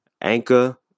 Anchor